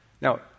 Now